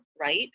right